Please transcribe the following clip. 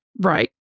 Right